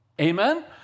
Amen